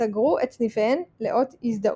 וסגרו את סניפיהן לאות הזדהות.